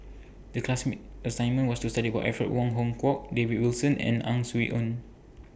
The class assignment was to study about Alfred Wong Hong Kwok David Wilson and Ang Swee Aun